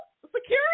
Security